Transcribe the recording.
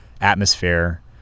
atmosphere